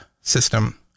system